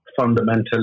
fundamentally